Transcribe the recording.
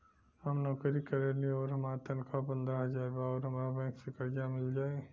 हम नौकरी करेनी आउर हमार तनख़ाह पंद्रह हज़ार बा और हमरा बैंक से कर्जा मिल जायी?